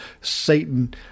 Satan